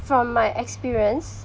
from my experience